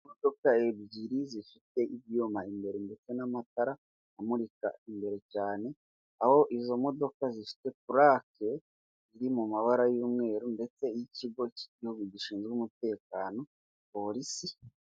Imodoka ebyiri zifite ibyuma imbere ndetse n'amatara amurika imbere cyane, aho izo modoka zifite purake iri mu mabara y'umweru ndetse y'ikigo cy'igihugu gishinzwe umutekano polisi.